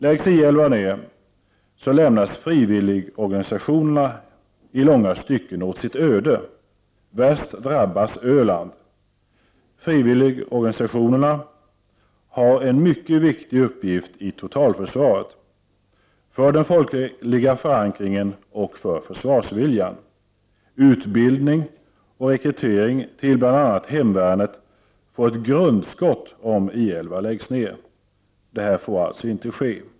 För det sjätte lämnas frivilligorganisationerna i långa stycken åt sitt öde om 111 läggs ned. Värst drabbas Öland. Frivilligorganisationerna har en mycket viktig uppgift i totalförsvaret, för den folkliga förankringen och för försvarsviljan. Utbildning av och rekrytering till bl.a. hemvärnet får ett grundskott om I 11 läggs ned. Detta får alltså inte ske.